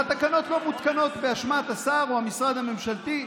והתקנות לא מותקנות באשמת השר או המשרד הממשלתי,